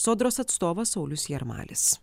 sodros atstovas saulius jarmalis